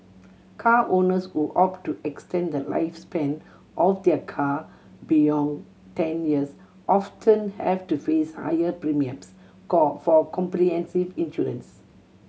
car owners who opt to extend the lifespan of their car beyond ten years often have to face higher premiums for comprehensive insurance